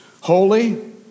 Holy